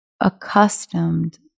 accustomed